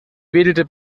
wedelte